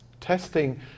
testing